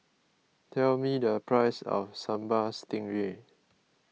tell me the price of Sambal Stingray